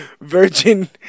Virgin